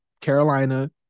Carolina